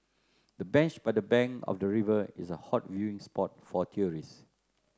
the bench by the bank of the river is a hot viewing spot for tourists